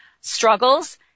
struggles